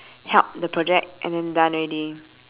help the project and then done already